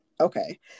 okay